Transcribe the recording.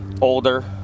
older